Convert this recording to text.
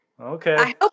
Okay